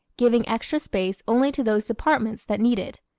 giving extra space only to those departments that need it.